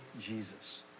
Jesus